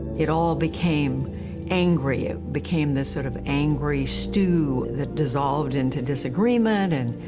it all became angry. it became this sort of angry stew that dissolved into disagreement and,